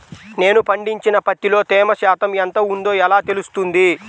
నేను పండించిన పత్తిలో తేమ శాతం ఎంత ఉందో ఎలా తెలుస్తుంది?